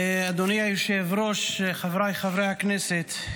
אדוני היושב-ראש, חבריי חברי הכנסת,